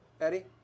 Eddie